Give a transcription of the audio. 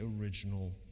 original